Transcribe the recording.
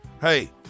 Hey